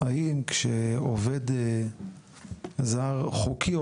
האם כשעובד זר חוקי,